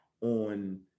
on